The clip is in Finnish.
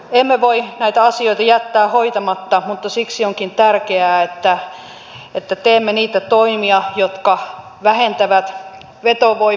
emme voi näitä asioita jättää hoitamatta mutta siksi onkin tärkeää että teemme niitä toimia jotka vähentävät vetoa voi